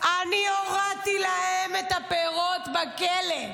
אני הורדתי להם את הפירות בכלא,